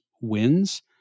wins